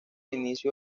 inicio